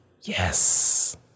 yes